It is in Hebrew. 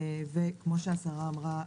וכמו שהשרה אמרה,